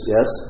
Yes